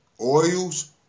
Oils